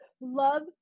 love